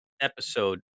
episode